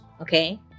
okay